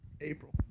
April